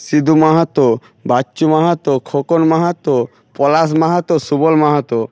Sidu Mahato Bachchu Mahato Khokan Mahato Palash Mahato Subal Mahato